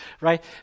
right